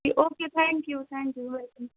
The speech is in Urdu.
G okay thank you thank you welcome